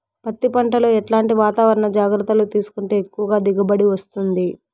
పత్తి పంట లో ఎట్లాంటి వాతావరణ జాగ్రత్తలు తీసుకుంటే ఎక్కువగా దిగుబడి వస్తుంది?